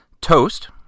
toast